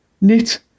knit